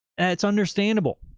it's understandable.